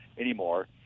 anymore